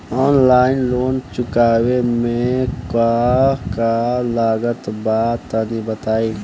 Online loan चुकावे म का का लागत बा तनि बताई?